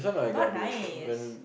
not nice